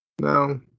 no